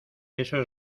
eso